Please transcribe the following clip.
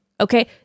Okay